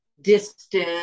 distance